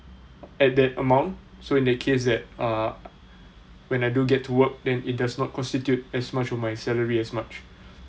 at that amount so in the case that uh when I do get to work then it does not constitute as much of my salary as much